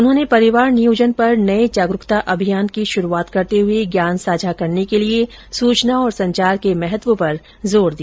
उन्होंने परिवार नियोजन पर नए जागरुकता अभियान की शुरूआत करते हुए ज्ञान साझा करने के लिए सूचना और संचार के महत्व पर जोर दिया